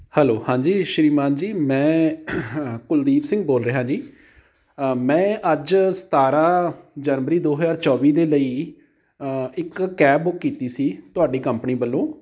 hello ਹਾਂਜੀ ਸ੍ਰੀਮਾਨ ਜੀ ਮੈਂ ਕੁਲਦੀਪ ਸਿੰਘ ਬੋਲ ਰਿਹਾ ਜੀ ਮੈਂ ਅੱਜ ਸਤਾਰਾਂ ਜਨਵਰੀ ਦੋ ਹਜ਼ਾਰ ਚੌਵੀ ਦੇ ਲਈ ਇੱਕ ਕੈਬ ਬੁੱਕ ਕੀਤੀ ਸੀ ਤੁਹਾਡੀ ਕੰਪਨੀ ਵੱਲੋਂ